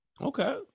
Okay